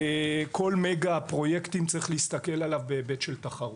כל מגה פרויקטים צריך להסתכל עליו בהיבט של תחרות.